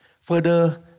further